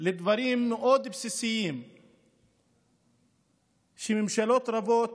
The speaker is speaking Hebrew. לדברים מאוד בסיסיים שממשלות רבות